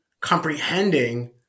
comprehending